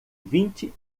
vinte